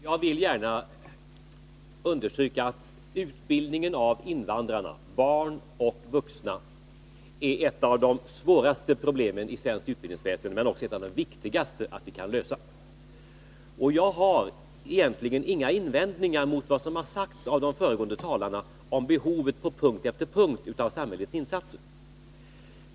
Herr talman! Jag vill gärna understryka att utbildningen av invandrarna — barn och vuxna — är ett av de svåraste problemen inom det svenska utbildningsväsendet men också ett av dem som det är viktigast att vi kan lösa. Och jag har egentligen inga invändningar emot vad som har sagts av de föregående talarna om behovet på punkt efter punkt av insatser från samhällets sida.